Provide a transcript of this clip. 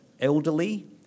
elderly